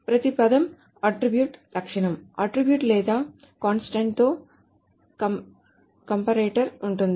ప్రతి పదం అట్ట్రిబ్యూటె లక్షణం అట్ట్రిబ్యూటె లేదా కాంస్టాంట్ తో కంపరేటర్ ఉంది